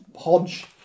Hodge